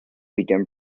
began